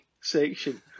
section